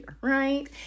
right